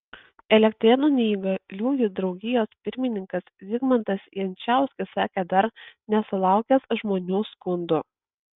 elektrėnų neįgaliųjų draugijos pirmininkas zigmantas jančauskis sakė dar nesulaukęs žmonių skundų